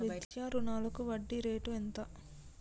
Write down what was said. విద్యా రుణాలకు వడ్డీ రేటు ఎంత?